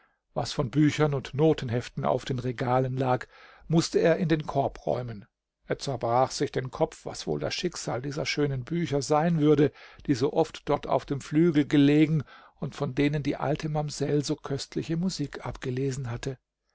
was von büchern und notenheften auf den regalen lag mußte er in den korb räumen er zerbrach sich den kopf was wohl das schicksal dieser schönen bücher sein würde die so oft dort auf dem flügel gelegen und von denen die alte mamsell so köstliche musik abgelesen hatte